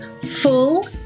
full